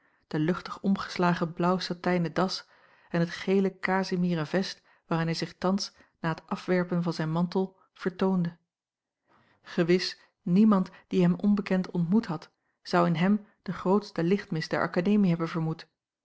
de luchtig omgeslagen blaauw satijnen das en het gele kazimieren vest waarin hij zich thans na t afwerpen van zijn mantel vertoonde gewis niemand die hem onbekend ontmoet had zou in hem den grootsten lichtmis der akademie hebben vermoed